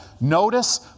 Notice